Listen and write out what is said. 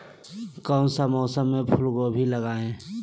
कौन सा मौसम में फूलगोभी लगाए?